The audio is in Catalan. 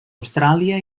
austràlia